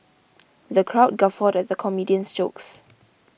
the crowd guffawed at the comedian's jokes